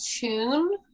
tune